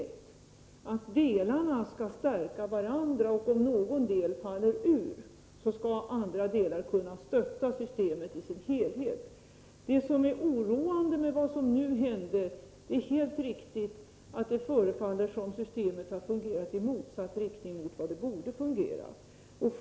Avsikten är att delarna skall stärka varandra, och om någon del faller ur skall andra delar kunna stötta systemet i dess helhet. Det som är oroande med vad som nu hände är, helt riktigt, att det förefaller som om systemet har fungerat i motsatt riktning.